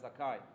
Zakai